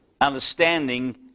understanding